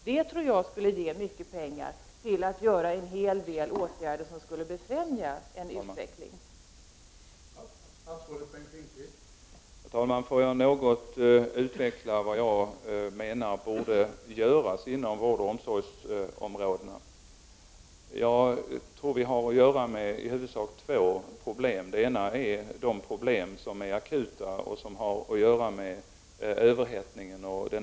Det tror jag skulle ge möjligheter att vidta en hel del åtgärder som skulle främja en bra utveckling på det här området.